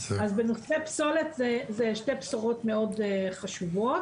בנושא פסולת, אלו שתי בשורות מאוד חשובות.